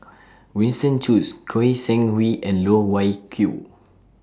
Winston Choos Goi Seng Hui and Loh Wai Kiew